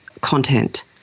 content